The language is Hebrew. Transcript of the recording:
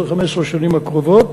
ב-10 15 השנים הקרובות,